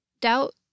Doubt